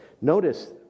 Notice